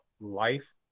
life